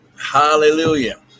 Hallelujah